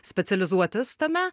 specializuotis tame